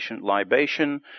libation